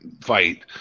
fight